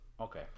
Okay